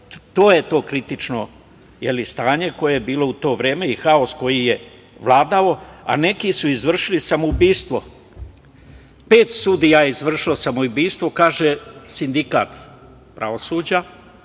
je to kritično stanje, koje je bilo u to vreme i haos koji je vladao, a neki su izvršili samoubistvo, i pet sudija je izvršilo samoubistvo, kaže sindikat pravosuđa,